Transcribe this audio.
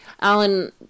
Alan